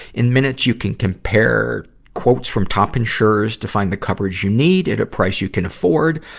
in minutes, you can compare quotes from top insurers to find the coverage you need at a price you can afford.